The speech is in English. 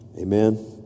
Amen